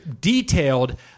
detailed